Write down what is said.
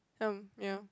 um ya